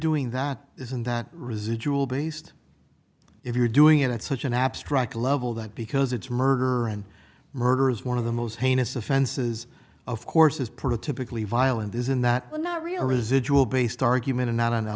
doing that isn't that residual based if you're doing it at such an abstract level that because it's murder and murder is one of the most heinous offenses of course is prototypically violent isn't that not real residual based argument and not on the